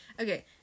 okay